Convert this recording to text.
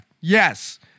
yes